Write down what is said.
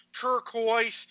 turquoise